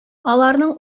аларның